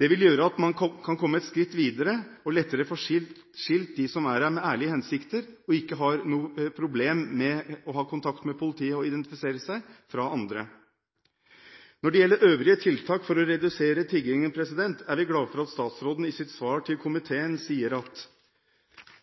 Det vil gjøre at man kan komme et skritt videre og lettere få skilt ut de som er her med ærlige hensikter og ikke har problemer med å ha kontakt med politiet og identifisere seg, fra andre. Når det gjelder øvrige tiltak for å redusere tiggingen, er vi glad for at statsråden i sitt svar til komiteen sier: «Dagens situasjon tilsier likevel at